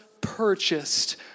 purchased